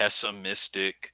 pessimistic